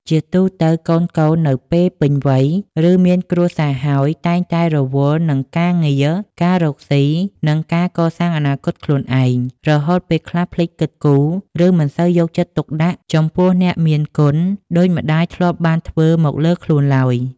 ជាទូទៅ កូនៗនៅពេលពេញវ័យ ឬមានគ្រួសារហើយ តែងតែរវល់នឹងការងារ ការរកស៊ី និងការកសាងអនាគតខ្លួនឯង រហូតពេលខ្លះភ្លេចគិតគូរ ឬមិនសូវយកចិត្តទុកដាក់ចំពោះអ្នកមានគុណដូចម្ដាយធ្លាប់បានធ្វើមកលើខ្លួនឡើយ។